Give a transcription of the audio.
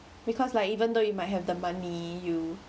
because like even though you might have the money you